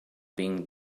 being